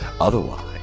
otherwise